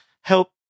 help